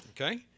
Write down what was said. Okay